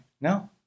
No